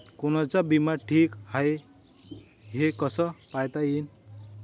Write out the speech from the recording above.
कोनचा बिमा ठीक हाय, हे कस पायता येईन?